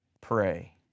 pray